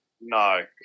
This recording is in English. no